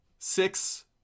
Six